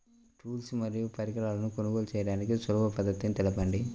Tools మరియు పరికరాలను కొనుగోలు చేయడానికి సులభ పద్దతి తెలపండి?